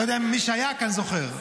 לא יודע, מי שהיה כאן זוכר.